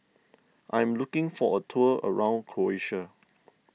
I am looking for a tour around Croatia